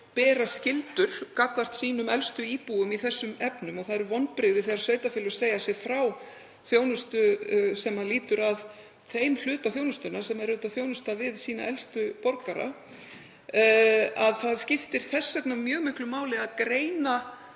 beri skyldur gagnvart sínum elstu íbúum í þessum efnum og það eru vonbrigði þegar sveitarfélög segja sig frá þjónustu sem lýtur að þeim hluta, sem er þjónusta við þeirra elstu borgara. Það skiptir þess vegna mjög miklu máli að greina